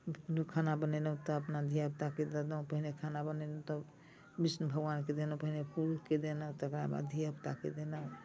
कखनो खाना बनेलहुँ तऽ अपना धिया पूताकेँ देलहुँ पहिने खाना बनेलहुँ तऽ विष्णु भगवानकेँ देलहुँ पहिने पुरुषकेँ देलहुँ तकरा बाद धिया पूताकेँ देलहुँ